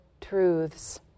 truths